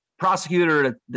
prosecutor